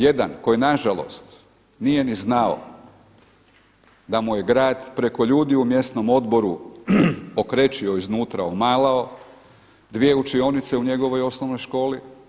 Jedan koji na žalost nije ni znao da mu je grad preko ljudi u mjesnom odboru okrečio iznutra, omalao dvije učionice u njegovoj osnovnoj školi.